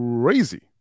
crazy